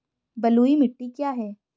बलुई मिट्टी क्या है?